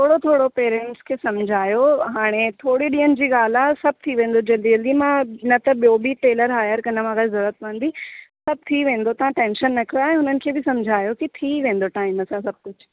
थोरो थोरो पेरेंट्स खे सम्झायो हाणे थोरे ॾींहनि जी ॻाल्हि आहे सभु थी वेंदो जल्दी जल्दी मां न त ॿियो बि टेलर हायर कंदमि अगरि ज़रूरत पवंदी सभु थी वेंदो तव्हां टेंशन न कयो उन्हनि खे बि सम्झायो थी वेंदो टाइम सां सभु कुझु